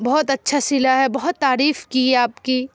بہت اچھا سلا ہے بہت تعریف کی آپ کی